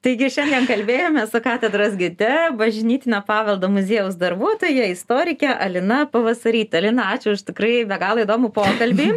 taigi šiandien kalbėjomės su katedros gide bažnytinio paveldo muziejaus darbuotoja istorike alina pavasaryte alina ačiū už tikrai be galo įdomų pokalbį